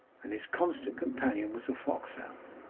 and his constant companion was a foxhound.